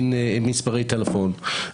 אין מספרי טלפון.